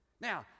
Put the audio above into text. Now